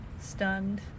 stunned